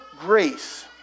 grace